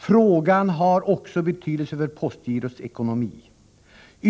Frågan har också betydelse för postgirots ekonomi.